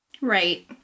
Right